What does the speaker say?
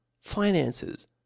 finances